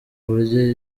buryo